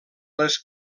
les